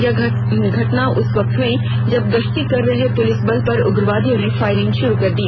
यह घटना उस वक्त हुई जब गश्ती कर रहे पुलिस बल पर उग्रवादियों ने फायरिंग शुरू कर दी